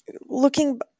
looking